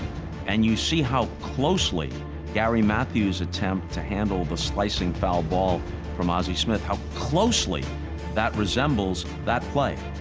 and you see how closely gary matthews' attempt to handle the slicing foul ball from ozzie smith, how closely that resembles that play.